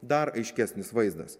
dar aiškesnis vaizdas